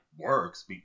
works